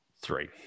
Three